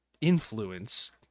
influence